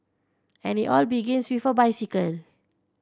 and it all begins with a bicycle